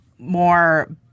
More